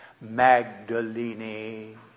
Magdalene